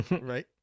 right